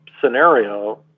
scenario